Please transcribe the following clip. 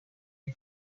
way